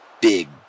big